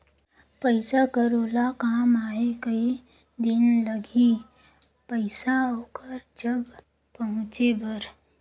पइसा कर ओला काम आहे कये दिन लगही पइसा ओकर जग पहुंचे बर?